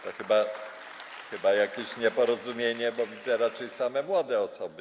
To chyba jakieś nieporozumienie, bo widzę raczej same młode osoby.